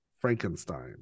frankenstein